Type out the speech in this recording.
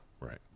right